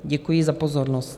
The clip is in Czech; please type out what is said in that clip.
Děkuji za pozornost.